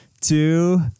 two